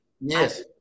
Yes